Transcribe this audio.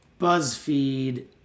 Buzzfeed